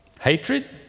Hatred